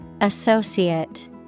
Associate